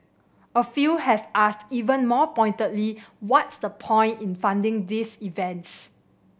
a few have asked even more pointedly what's the point in funding these events